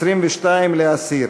22, להסיר.